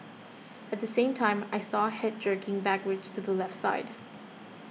at the same time I saw head jerking backwards to the left side